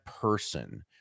person